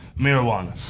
Marijuana